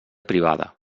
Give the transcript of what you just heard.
privada